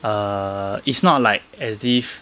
err it's not like as if